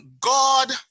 God